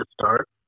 start